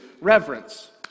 reverence